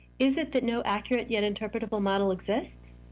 is it that no accurate yet interpretable model exists,